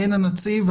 עין הנציב,